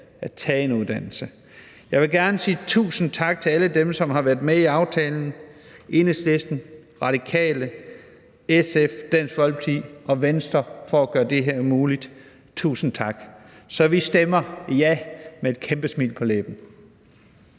at tage en uddannelse. Jeg vil gerne sige tusind tak til alle dem, som har været med i aftalen – Enhedslisten, Radikale, SF, Dansk Folkeparti og Venstre – for at gøre det her muligt. Tusind tak. Så vi stemmer ja med et kæmpe smil på læben.